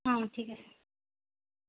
অঁ ঠিক আছে